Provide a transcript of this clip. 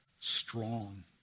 strong